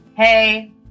Hey